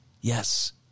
Yes